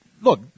look